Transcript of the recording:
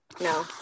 no